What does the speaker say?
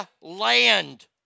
Land